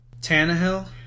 Tannehill